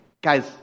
guys